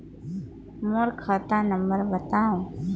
मोर खाता नम्बर बताव?